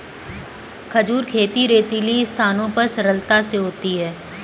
खजूर खेती रेतीली स्थानों पर सरलता से होती है